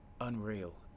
Unreal